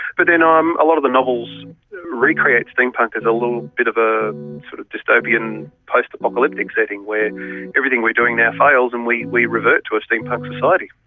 but then um a lot of the novels recreate steampunk as a little bit of a sort of dystopian post-apocalyptic setting where everything we're doing now fails and we we revert to a steampunk society.